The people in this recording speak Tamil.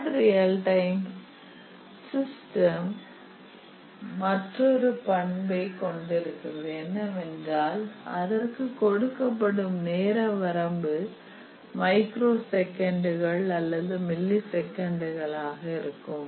ஹாட் ரியல் டைம் சுத்தத்தின் இன்னொரு பண்பு என்னவென்றால் அதற்குக் கொடுக்கப்படும் நேர வரம்பு மைக்ரோ செகண்டுகள் அல்லது மில்லி செகண்டுகள் ஆக இருக்கும்